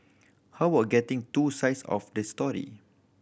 how about getting two sides of the story